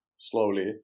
slowly